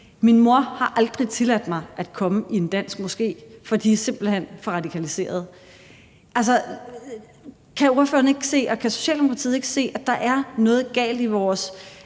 hans mor aldrig har tilladt ham at komme i en dansk moské, fordi de simpelt hen er for radikaliserede, kan ordføreren og Socialdemokratiet så ikke se, at der er noget galt i vores